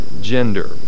gender